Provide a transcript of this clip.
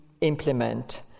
implement